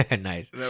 Nice